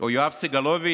או יואב סגלוביץ'?